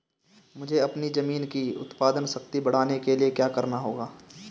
मुझे अपनी ज़मीन की उत्पादन शक्ति बढ़ाने के लिए क्या करना होगा?